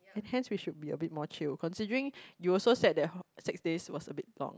and hence we should be a bit more chill considering you also said that six days was a bit long